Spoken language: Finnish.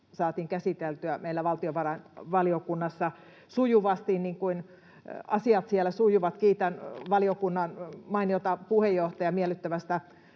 niin kuin asiat siellä sujuvat. Kiitän valiokunnan mainiota puheenjohtajaa miellyttävästä